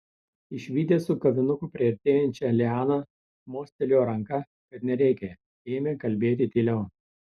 išvydęs su kavinuku priartėjančią lianą mostelėjo ranka kad nereikia ėmė kalbėti tyliau